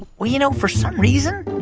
well, you know, for some reason,